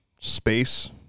space